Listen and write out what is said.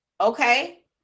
Okay